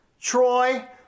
Troy